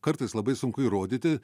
kartais labai sunku įrodyti